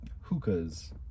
hookahs